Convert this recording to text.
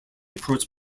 approach